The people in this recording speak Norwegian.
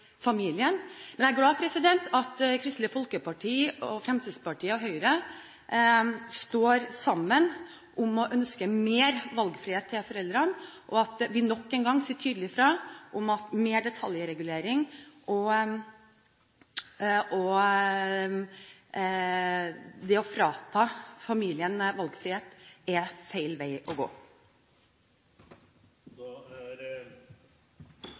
familien. Men jeg er glad for at Kristelig Folkeparti, Fremskrittspartiet og Høyre står sammen om å ønske mer valgfrihet til foreldrene, og at vi nok en gang sier tydelig fra om at mer detaljregulering og det å frata familien valgfrihet er feil vei å gå. Som forrige taler godt illustrerte det, er